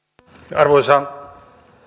arvoisa